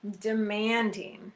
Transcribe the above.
demanding